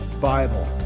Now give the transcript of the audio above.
Bible